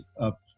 up